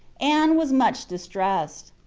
anne was much dis tressed.